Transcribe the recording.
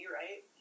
right